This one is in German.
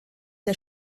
der